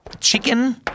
chicken